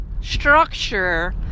structure